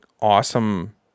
awesome